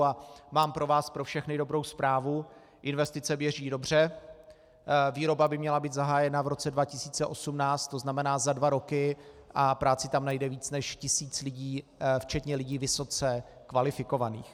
A mám pro vás pro všechny dobrou zprávu investice běží dobře, výroba by měla být zahájena v roce 2018, to znamená za dva roky, a práci tam najde víc než tisíc lidí, včetně lidí vysoce kvalifikovaných.